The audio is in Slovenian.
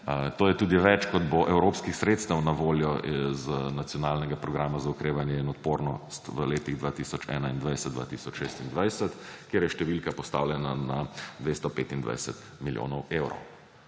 To je tudi več kot bo evropskih sredstev na voljo iz Nacionalnega programa za okrevanje in odpornost v letih 2021‒2026 , kjer je številka postavljena na 225 milijonov evrov.